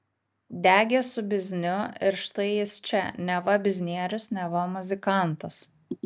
degė su bizniu ir štai jis čia neva biznierius neva muzikantas